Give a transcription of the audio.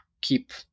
keep